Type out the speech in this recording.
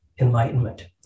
enlightenment